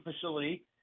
facility